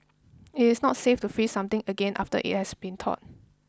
it is not safe to freeze something again after it has been thawed